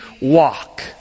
walk